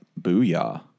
Booyah